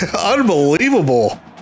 Unbelievable